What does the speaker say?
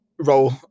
role